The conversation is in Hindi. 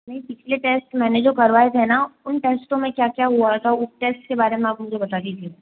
नहीं पिछले टेस्ट मैंने जो करवाए थे न उस टेस्टों में क्या क्या हुआ है उस टेस्ट के बारे में आप मुझे बता दीजिए